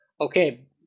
okay